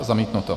Zamítnuto.